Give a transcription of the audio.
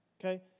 Okay